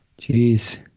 Jeez